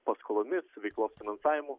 paskolomis veiklos finansavimu